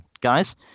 guys